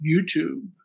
YouTube